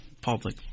public